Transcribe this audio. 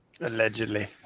allegedly